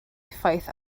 effaith